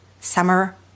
Summer